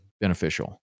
beneficial